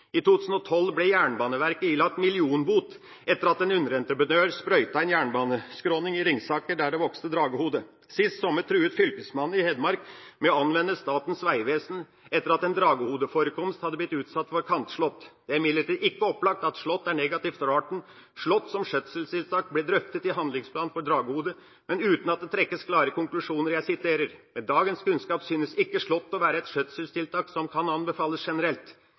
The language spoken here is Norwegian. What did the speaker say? I 2012 ble Jernbaneverket ilagt millionbot etter at en underentreprenør sprøytet en jernbaneskråning i Ringsaker der det vokste dragehode. Sist sommer truet Fylkesmannen i Hedmark med å anmelde Statens vegvesen etter at en dragehodeforekomst hadde blitt utsatt for kantslått. Det er imidlertid ikke opplagt at slått er negativt for arten. Slått som skjøtselstiltak blir drøftet i Handlingsplan for dragehode, men uten at det trekkes klare konklusjoner: «Med dagens kunnskap synes ikke slått å være et skjøtselstiltak som kan anbefales generelt.»